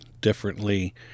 differently